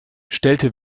stellte